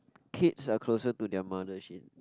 kids are closer to their mother